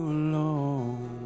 alone